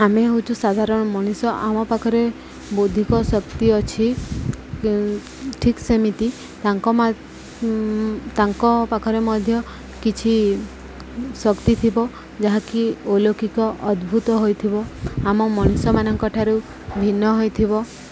ଆମେ ହେଉଛୁ ସାଧାରଣ ମଣିଷ ଆମ ପାଖରେ ବୌଦ୍ଧିକ ଶକ୍ତି ଅଛି ଠିକ୍ ସେମିତି ତାଙ୍କ ତାଙ୍କ ପାଖରେ ମଧ୍ୟ କିଛି ଶକ୍ତି ଥିବ ଯାହାକି ଅଲୌକିକ ଅଦ୍ଭୁତ ହୋଇଥିବ ଆମ ମଣିଷମାନଙ୍କଠାରୁ ଭିନ୍ନ ହୋଇଥିବ